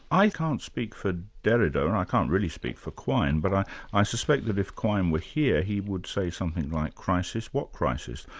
i can't speak for derrida, and i can't really speak for quine, but i i suspect that if quine were here, he would say something like crisis? what crisis?